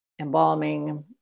embalming